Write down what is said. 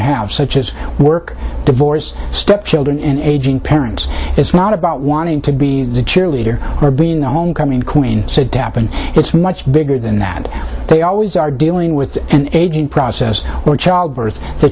have such as work divorce stepchildren in aging parents it's not about wanting to be the cheerleader or been the homecoming queen said to happen it's much bigger than that they always are dealing with an aging process or childbirth cha